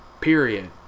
Period